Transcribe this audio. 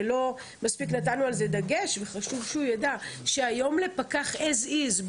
ולא מספיק נתנו על זה דגש וחשוב לדעת היום לפקח as is,